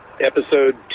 Episode